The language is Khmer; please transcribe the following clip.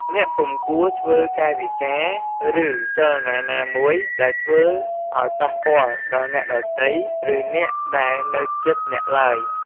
អ្នកពុំគួរធ្វើកាយវិការ ឬ ចលនាណាមួយ ដែលធ្វើឲ្យប៉ះពាល់ដល់អ្នកដទៃ ឬ អ្នកដែលនៅជិតអ្នកឡើយ។